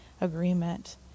agreement